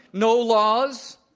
no laws,